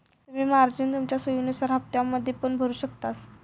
तुम्ही मार्जिन तुमच्या सोयीनुसार हप्त्त्यांमध्ये पण भरु शकतास